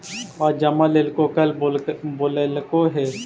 आज जमा लेलको कल बोलैलको हे?